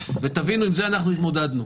תבינו שעם זה אנחנו התמודדנו.